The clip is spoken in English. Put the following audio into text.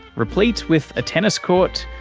replete with a tennis court,